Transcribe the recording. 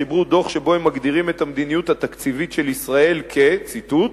חיברו דוח שבו הם מגדירים את המדיניות התקציבית של ישראל" ציטוט,